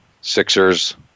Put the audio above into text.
Sixers